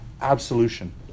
absolution